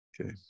Okay